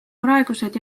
praegused